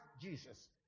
Jesus